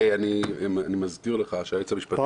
אני מזכיר לך שהיועץ המשפטי לממשלה בתקופת בגין היה